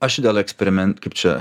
aš dėl eksperimen kaip čia